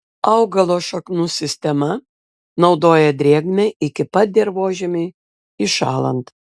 augalo šaknų sistema naudoja drėgmę iki pat dirvožemiui įšąlant